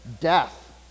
Death